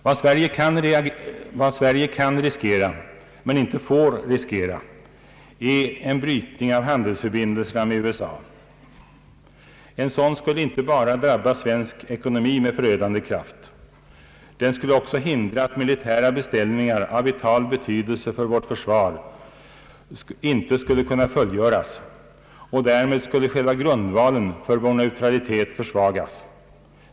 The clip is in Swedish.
Vad Sverige kan riskera men inte får riskera är en brytning av handelsförbindelserna med USA. En sådan skulle inte bara drabba svensk ekono mi med förödande kraft. Den skulle också hindra att militära beställningar av vital betydelse för vårt försvar skulle kunna fullgöras, och därmed skulle själva grundvalen för vår neutralitet försvagas.